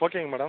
ஓகேங்க மேடம்